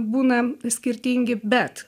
būna skirtingi bet